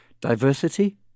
diversity